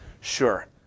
Sure